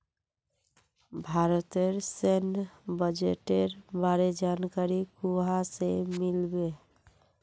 भारतेर सैन्य बजटेर बारे जानकारी कुहाँ से मिल बे